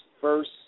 first